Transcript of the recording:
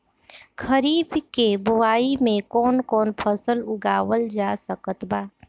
खरीब के बोआई मे कौन कौन फसल उगावाल जा सकत बा?